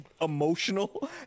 emotional